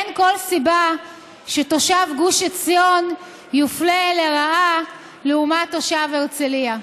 אין שום סיבה שתושב גוש עציון יופלה לרעה לעומת תושב הרצליה.